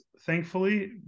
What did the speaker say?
thankfully